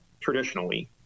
traditionally